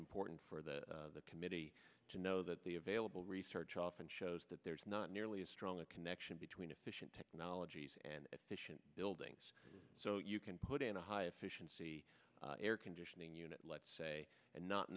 important for the committee to know that the available research often shows that there's not nearly as strong a connection between efficient technologies and buildings so you can put in a high efficiency air conditioning unit let's say and not